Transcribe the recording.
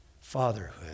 fatherhood